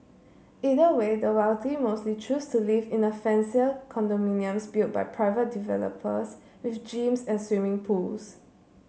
either way the wealthy mostly choose to live in a fancier condominiums built by private developers with gyms and swimming pools